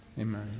amen